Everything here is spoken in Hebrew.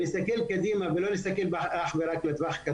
להסתכל קדימה ולא להסתכל אך ורק לטווח הקצר,